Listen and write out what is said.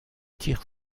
tire